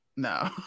No